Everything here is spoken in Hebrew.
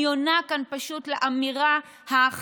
אני פשוט עונה כאן על האמירה החלולה,